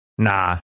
Nah